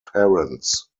parents